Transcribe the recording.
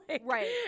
right